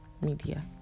media